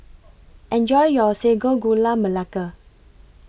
Enjoy your Sago Gula Melaka